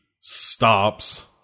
stops